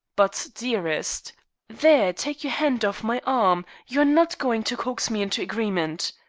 but, dearest there! take your hand off my arm. you are not going to coax me into agreement.